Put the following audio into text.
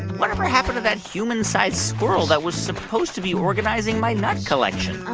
whatever happened to that human-sized squirrel that was supposed to be organizing my nut collection? ooh,